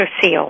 Seal